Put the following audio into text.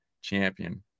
champion